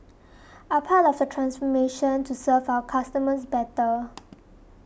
are part of the transformation to serve our customers better